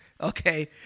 okay